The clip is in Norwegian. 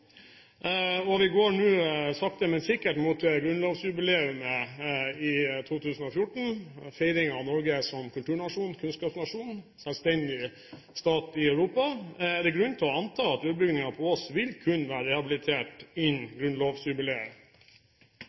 2012. Vi går nå sakte, men sikkert mot grunnlovsjubileet i 2014 og feiringen av Norge som kulturnasjon, kunnskapsnasjon og selvstendig stat i Europa. Er det grunn til å anta at Urbygningen på Ås vil kunne være rehabilitert innen